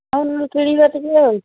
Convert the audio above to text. ହଉ ନହେଲେ କିଣିବା ଟିକେ ଆଉ